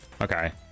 Okay